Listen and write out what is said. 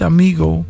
Amigo